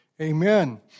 Amen